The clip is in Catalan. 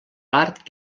part